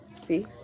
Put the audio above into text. See